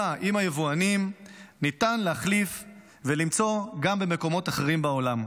עם היבואנים ניתן להחליף ולמצוא גם במקומות אחרים בעולם.